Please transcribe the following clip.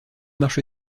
marche